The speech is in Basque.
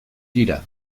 tira